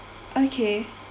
okay